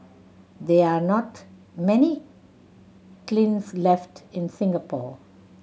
there are not many kilns left in Singapore